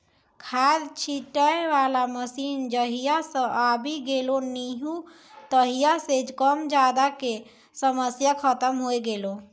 खाद छीटै वाला मशीन जहिया सॅ आबी गेलै नी हो तहिया सॅ कम ज्यादा के समस्या खतम होय गेलै